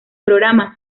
programa